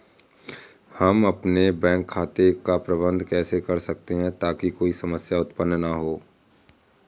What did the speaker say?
हम अपने बैंक खाते का प्रबंधन कैसे कर सकते हैं ताकि कोई समस्या उत्पन्न न हो?